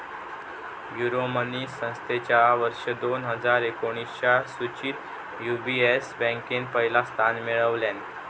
Euromoney संस्थेच्या वर्ष दोन हजार एकोणीसच्या सुचीत यू.बी.एस बँकेन पहिला स्थान मिळवल्यान